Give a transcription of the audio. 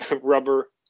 rubber